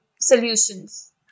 solutions